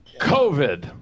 COVID